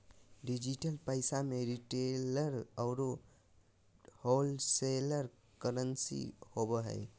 digital पैसा में retailer औरो होलसेलर करंसी होवो हइ